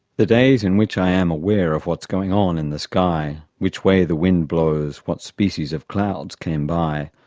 the days in which i am aware of what's going on in the sky which way the wind blows, what species of clouds came by,